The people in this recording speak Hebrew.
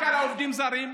רק על העובדים הזרים.